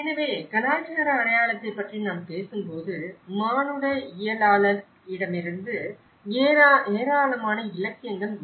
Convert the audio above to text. எனவே கலாச்சார அடையாளத்தைப் பற்றி நாம் பேசும்போது மானுடவியலாளரிடமிருந்து ஏராளமான இலக்கியங்கள் உள்ளன